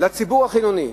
לציבור החילוני?